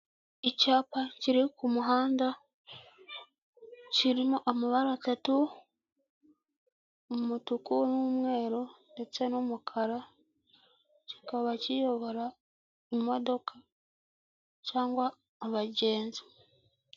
Icyapa kiri ku muhanda kirimo amabara atatu umutuku n'umweru ndetse n'umukara, kikaba kiyobora imodoka cyangwa abagenzi.